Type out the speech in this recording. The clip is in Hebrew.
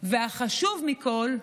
והחשוב מכול,